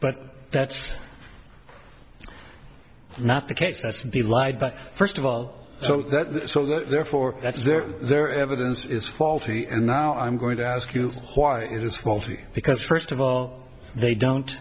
but that's not the case that's the lied but first of all so that so therefore that's their their evidence is faulty and now i'm going to ask you why it is faulty because first of all they don't